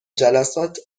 جلسات